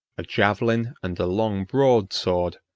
a javelin, and a long broad sword,